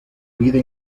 vida